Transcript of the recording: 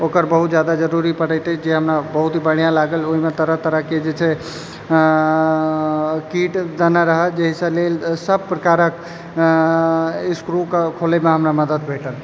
ओकर बहुत ज्यादा जरूरी परैत अछि जे हमरा बहुत बढिआँ लागल ओहिमे तरह तरहके जे छै किट देने रहै जहिसँ की सभ प्रकारक स्क्रूकेँ खोलयमे हमरा मदति भेटल